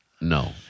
No